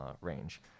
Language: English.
range